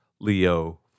Leo